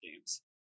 games